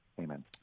Amen